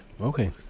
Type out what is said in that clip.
okay